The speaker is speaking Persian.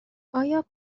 آیا